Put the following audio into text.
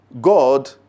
God